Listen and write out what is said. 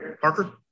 Parker